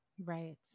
Right